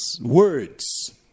words